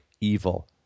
evil